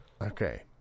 Okay